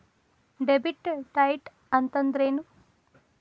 Debit ಡೈಟ್ ಅಂತಂದ್ರೇನು?